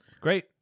Great